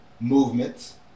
movements